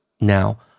now